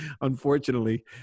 unfortunately